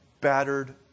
battered